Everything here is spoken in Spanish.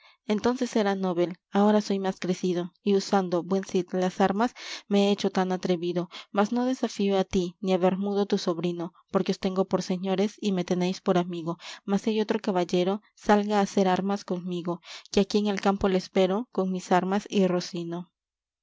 entonces era novel ahora soy más crecido y usando buen cid las armas me he hecho tan atrevido mas no desafío á ti ni á bermudo tu sobrino porque os tengo por señores y me tenéis por amigo mas si hay otro caballero salga hacer armas conmigo que aquí en el campo le espero con mis armas y rocino